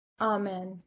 Amen